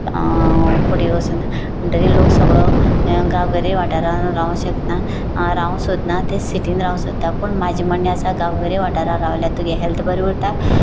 फटीर वसून म्हणकीर लोक सगळो ह्या गांवगिऱ्या वाठारांत रावंक शकना रावू सोदना ते सिटींत रावंक सोदता पूण म्हाजे म्हणणें आसा गांवगिऱ्या वाठारांत रावल्यार तुगे हॅल्थ बरें उरता